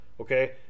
Okay